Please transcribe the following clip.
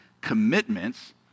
commitments